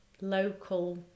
local